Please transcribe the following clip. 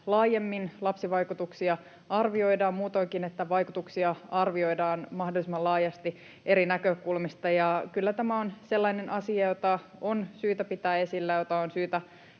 laajemmin lapsivaikutuksia arvioidaan, ja muutoinkin, että vaikutuksia arvioidaan mahdollisimman laajasti eri näkökulmista. Kyllä tämä on sellainen asia, jota on syytä pitää esillä ja jota on syytä